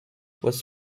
was